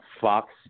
Fox